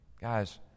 Guys